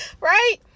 Right